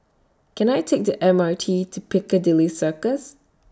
Can I Take The M R T to Piccadilly Circus